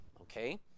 okay